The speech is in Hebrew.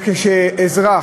וכשאזרח,